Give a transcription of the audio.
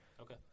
Okay